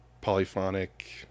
polyphonic